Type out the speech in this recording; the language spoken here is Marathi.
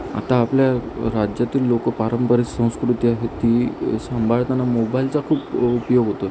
आता आपल्या राज्यातील लोकं पारंपरिक संस्कृती आहे ती सांभाळताना मोबाईलचा खूप उपयोग होतो